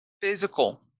physical